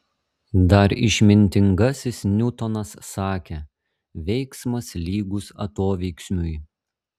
dar išmintingasis niutonas sakė veiksmas lygus atoveiksmiui